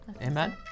Amen